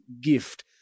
gift